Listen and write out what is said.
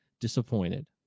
disappointed